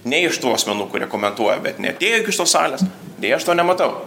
nei iš tų asmenų kurie komentuoja bet neatėjo iki šitos salės deja aš to nematau